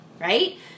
right